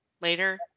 later